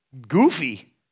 goofy